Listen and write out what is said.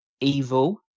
Evil